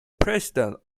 president